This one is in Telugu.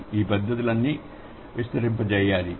ఈ పద్ధతులన్నీ విస్తరింప చేయాలి